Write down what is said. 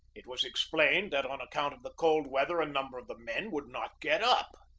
it was explained that on account of the cold weather a number of the men would not get up.